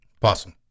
Possum